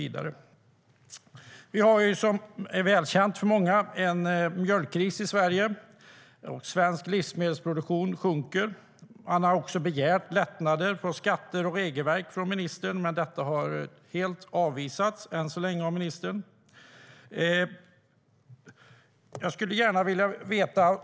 Som välkänt för många har vi en mjölkkris i Sverige. Svensk livsmedelsproduktion minskar. Man har också av ministern begärt lättnader i fråga om skatter och regelverk. Men detta har än så länge avvisats helt av ministern. Jag skulle gärna vilja ha besked.